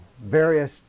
various